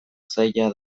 zaila